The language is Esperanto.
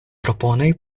proponoj